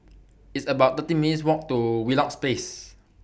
It's about thirty minutes' Walk to Wheelock Place